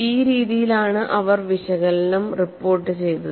ഈ രീതിയിലാണ് അവർ വിശകലനം റിപ്പോർട്ട് ചെയ്തത്